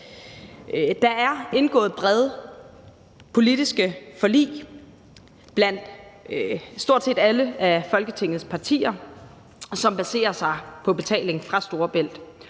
Der er indgået brede politiske forlig blandt stort set alle Folketingets partier, som baserer sig på betaling fra Storebælt,